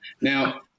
Now